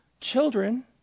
children